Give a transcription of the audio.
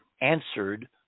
answered